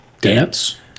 Dance